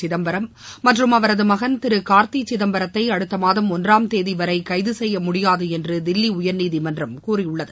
சிதம்பரம் மற்றும் அவரது மகன் திரு கார்தி சிதம்பரத்தை அடுத்த மாதம் ஒன்றாம் தேதிவரை கைது செய்ய முடியாது என்று தில்லி உயர்நீதிமன்றம் கூறியுள்ளது